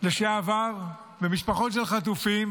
לשעבר ומשפחות של חטופים,